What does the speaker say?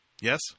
Yes